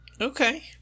Okay